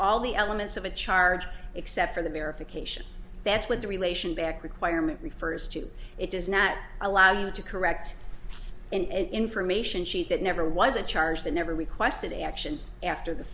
all the elements of a charge except for the verification that's what the relation back requirement refers to it does not allow you to correct information sheet that never was a charge they never requested a action after the